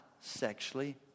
sexually